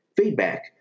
feedback